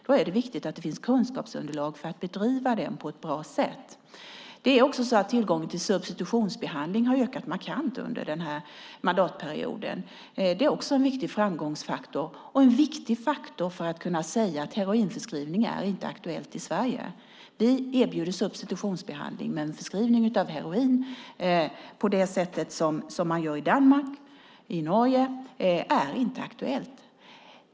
Det är viktigt att det finns kunskapsunderlag för att bedriva den på ett bra sätt. Det är också så att tillgången till substitutionsbehandling har ökat markant under denna mandatperiod. Det är en viktig framgångsfaktor och en viktig faktor för att kunna säga att heroinförskrivning inte är aktuellt i Sverige. Vi erbjuder substitutionsbehandling, men förskrivning av heroin på det sätt man gör i Danmark och Norge är inte aktuellt.